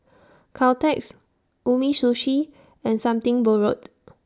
Caltex Umisushi and Something Borrowed